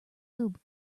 lube